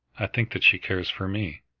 i think that she cares for me.